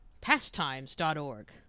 Pastimes.org